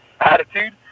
attitude